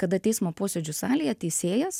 kada teismo posėdžių salėje teisėjas